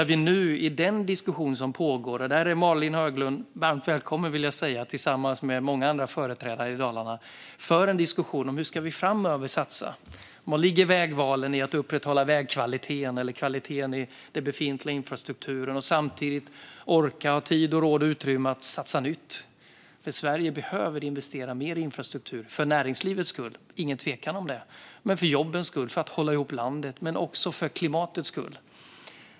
I den diskussion som nu pågår - där är Malin Höglund varmt välkommen tillsammans med många andra företrädare för Dalarna - handlar det om hur vi framöver ska satsa. Var ligger vägvalen när det gäller att upprätthålla vägkvaliteten och kvaliteten på den befintliga infrastrukturen och samtidigt ha tid, råd och utrymme att satsa nytt? Sverige behöver investera mer i infrastruktur, för näringslivets skull - ingen tvekan om det - för jobbens skull, för att hålla ihop landet och också för klimatets skull.